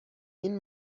این